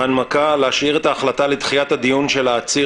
ההנמקה: להשאיר את ההחלטה לדחיית הדיון של העציר